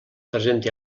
presenti